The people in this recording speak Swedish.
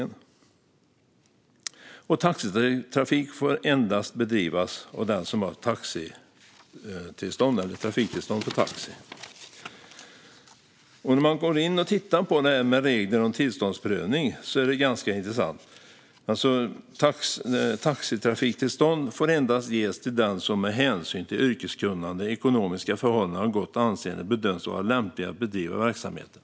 Vidare står det att "taxitrafik får bedrivas endast av den som har taxitrafiktillstånd", och när det gäller regler för tillståndsprövning är det ganska intressant: "Taxitrafiktillstånd får endast ges till den som med hänsyn till yrkeskunnande, ekonomiska förhållanden och gott anseende bedöms vara lämplig att bedriva verksamheten."